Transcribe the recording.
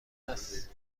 است